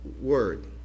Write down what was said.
word